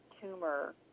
tumor